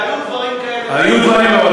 והיו דברים כאלה מעולם.